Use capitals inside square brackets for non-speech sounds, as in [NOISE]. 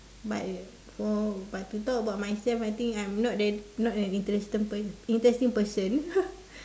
but uh for but to talk about myself I think I'm not that not an interestin~ interesting person [LAUGHS]